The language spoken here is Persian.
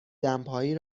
دمپایی